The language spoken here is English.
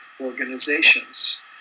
organizations